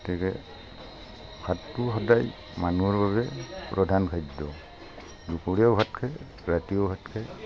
গতিকে ভাতটো সদায় মানুহৰ বাবে প্ৰধান খাদ্য দুপৰীয়াও ভাত খায় ৰাতিও ভাত খায়